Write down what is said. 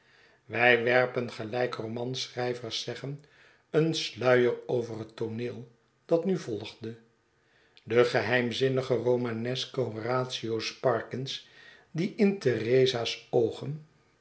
wij werpen gelijk romanschrijvers zeggen een sluier over het tooneel dat nu volgde de geheimzinnige romaneske horatio sparkins die in theresa's oogen